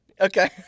okay